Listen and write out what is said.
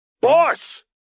Boss